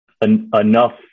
enough